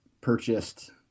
purchased